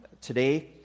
today